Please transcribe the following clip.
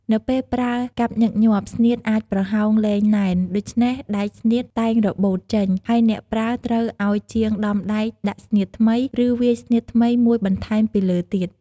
នៅពេលប្រើកាប់ញឹកញាប់ ស្នៀតអាចប្រហោងលែងណែន ដូច្នេះដែកស្នៀតតែងរបូតចេញ ហើយអ្នកប្រើត្រូវឲ្យជាងដំដែកដាក់ស្នៀតថ្មី ឬវាយស្នៀតថ្មីមួយបន្ថែមពីលើទៀត ។